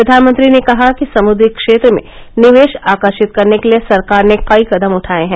प्रधानमंत्री ने कहा कि समुद्री क्षेत्र में निवेश आकर्षित करने के लिए सरकार ने कई कदम उठाए हैं